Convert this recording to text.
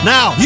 Now